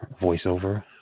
voiceover